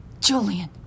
Julian